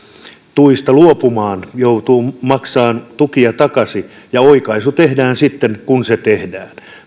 tuista luopumaan joutuu maksamaan tukia takaisin ja oikaisu tehdään sitten kun se tehdään